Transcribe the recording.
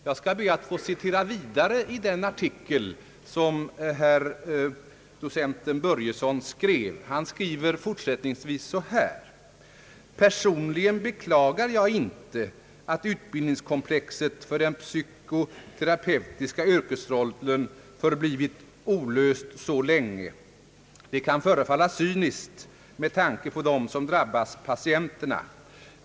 Jag skall be att få citera vidare ur den artikel som docenten Börjeson skrev. Fortsättningsvis skriver han så här: »Personligen beklagar jag inte att utbildningskomplexet för den psykoterapeutiska yrkesrollen förblivit olöst så länge. Det kan förefalla cyniskt med tanke på dem som drabbas — patienterna.